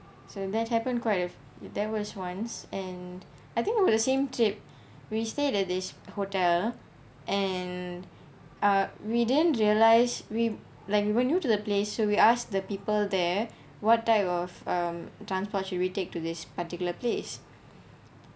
so that happen quite if that was once and I think over the same trip we stayed at his hotel and uh we didn't realize we like we were new to the place so we ask the people there what type of um transport should we take to this particular place